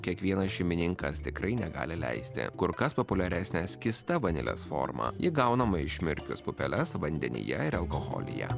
kiekvienas šeimininkas tikrai negali leisti kur kas populiaresnė skysta vanilės forma įgaunama išmirkęs pupeles vandenyje ir alkoholyje